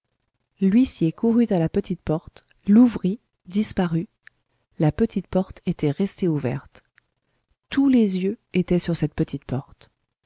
l'huissier courut à la petite porte l'ouvrit disparut la petite porte était restée ouverte tous les yeux étaient sur cette petite porte